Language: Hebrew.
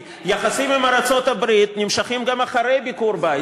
כי יחסים עם ארצות-הברית נמשכים גם אחרי ביקור ביידן,